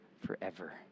forever